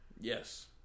yes